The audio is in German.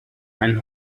einen